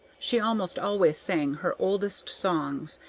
she almost always sang her oldest songs,